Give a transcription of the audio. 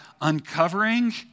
uncovering